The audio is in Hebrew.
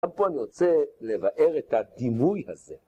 ‫פה אני רוצה לבאר את הדימוי הזה.